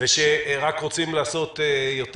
ושרק רוצים לעשות יותר.